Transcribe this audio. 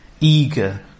eager